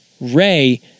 Ray